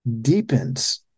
deepens